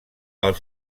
els